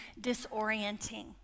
disorienting